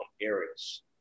areas